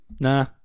Nah